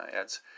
ads